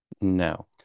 no